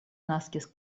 naskis